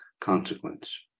consequence